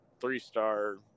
three-star